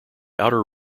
outer